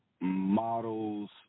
models